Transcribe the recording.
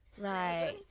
Right